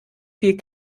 viel